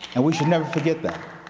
and we should never forget that.